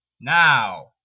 Now